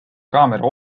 kaamera